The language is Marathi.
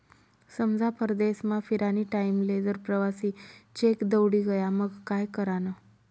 समजा परदेसमा फिरानी टाईमले जर प्रवासी चेक दवडी गया मंग काय करानं?